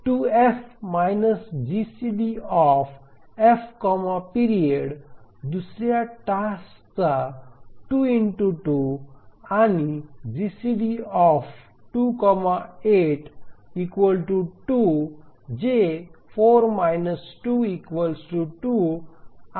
तर 2F - GCD F period दुसर्या टास्कचा 2 2 आणि GCD 28 2जे 4 2 2 आणि 2 ≤ 8